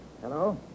Hello